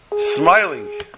smiling